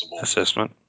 assessment